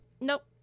Nope